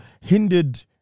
hindered